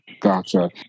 Gotcha